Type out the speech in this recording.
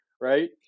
right